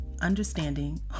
understanding